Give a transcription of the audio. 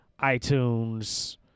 iTunes